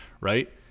right